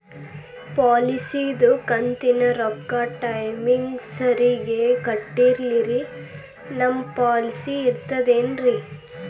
ಪಾಲಿಸಿದು ಕಂತಿನ ರೊಕ್ಕ ಟೈಮಿಗ್ ಸರಿಗೆ ಕಟ್ಟಿಲ್ರಿ ನಮ್ ಪಾಲಿಸಿ ಇರ್ತದ ಏನ್ರಿ?